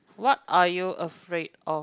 what are you afraid of